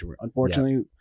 unfortunately